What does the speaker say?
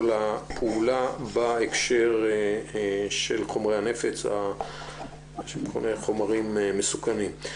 הפעולה בהקשר של חומרי הנפץ שמכונים חומרים מסוכנים.